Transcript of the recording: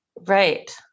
Right